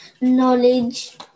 knowledge